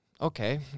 okay